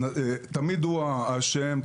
תמיד הוא האשם,